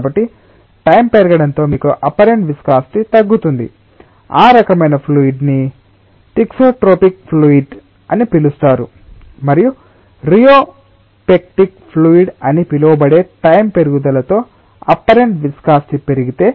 కాబట్టి టైం పెరగడంతో మీకు అప్పరెంట్ విస్కాసిటి తగ్గుతుంది ఆ రకమైన ఫ్లూయిడ్ ని థిక్సోట్రోపిక్ ఫ్లూయిడ్ అని పిలుస్తారు మరియు రియోపెక్టిక్ ఫ్లూయిడ్ అని పిలువబడే టైం పెరుగుదలతో అప్పరెంట్ విస్కాసిటి పెరిగితే